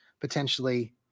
potentially